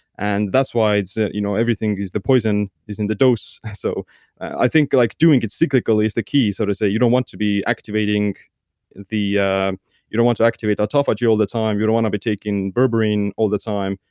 and that's why it's you know everything is the poison is in the dose so i think like doing it cyclically is the key. so you don't want to be activating the, yeah you don't want to activate autophagy all the time. you don't want to be taking berberine all the time.